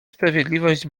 sprawiedliwość